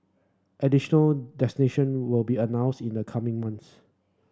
additional destination will be announced in the coming months